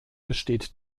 besteht